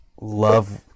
love